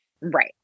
Right